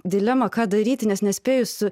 dilemą ką daryti nes nespėjus